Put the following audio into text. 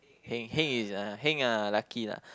heng heng is uh heng ah is lucky lah